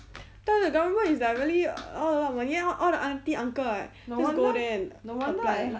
tell you the government is like really all a lot of money then all the auntie uncle ah just go there and apply